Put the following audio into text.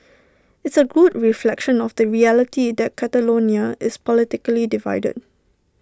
it's A good reflection of the reality that Catalonia is politically divided